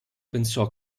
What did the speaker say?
pensò